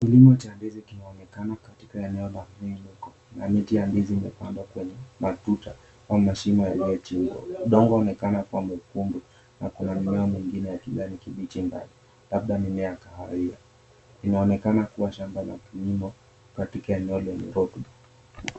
Kilimo cha ndizi kimeonekana katika eneo la mlima na miti ya ndizi imepandwa kwenye matuta au mashimo yaliyochimbwa. Udongo unaonekana kuwa mwekundu na kuna mimea mingine ya kijani kibichi ambayo labda mimea ya kahawia. Imeonekana kuwa shamba la kilimo katika eneo lenye rotuba.